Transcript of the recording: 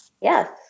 Yes